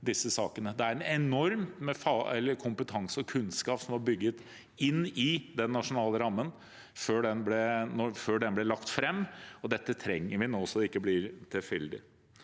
Det er enormt med kompetanse og kunnskap som var bygget inn i den nasjonale rammen før den ble lagt fram. Dette trenger vi nå, så det ikke blir tilfeldig.